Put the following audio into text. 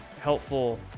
helpful